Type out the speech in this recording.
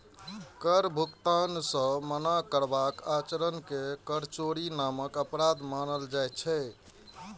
कर भुगतान सं मना करबाक आचरण कें कर चोरी नामक अपराध मानल जाइ छै